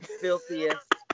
filthiest